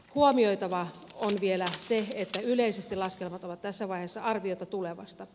huomioitava on vielä se että yleisesti laskelmat ovat tässä vaiheessa arviota tulevasta